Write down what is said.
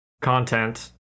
content